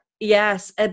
Yes